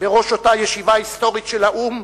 בראש אותה ישיבה היסטורית של האו"ם,